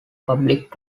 public